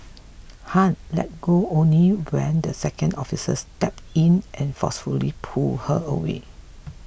Han let go only when the second officer stepped in and forcefully pulled her away